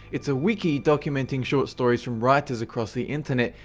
it's a wiki documenting short stories from writers across the internet,